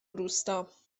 روستا